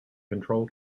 control